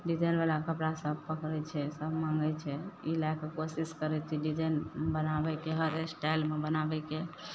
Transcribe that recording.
डिजाइनवला कपड़ा सब पकड़य छै सब माँगय छै ई लएके कोशिश करय छियै डिजाइन बनाबयके हर स्टाइलमे बनाबयके